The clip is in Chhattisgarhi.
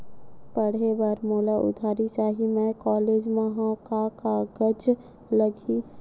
पढ़े बर मोला उधारी चाही मैं कॉलेज मा हव, का कागज लगही?